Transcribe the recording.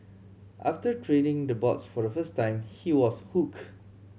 after treading the boards for the first time he was hooked